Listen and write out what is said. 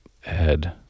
head